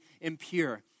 impure